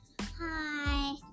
Hi